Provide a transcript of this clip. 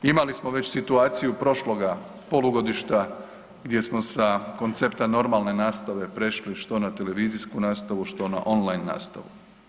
Imali smo već situaciju prošloga polugodišta gdje smo sa koncepta normalne nastave prešli što na televizijsku nastavu što na online nastavu.